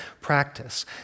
practice